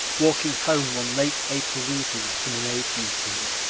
walking home one late april evening from an aid meeting,